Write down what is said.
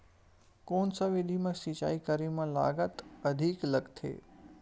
कोन सा विधि म सिंचाई करे म लागत अधिक लगथे?